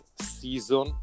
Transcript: season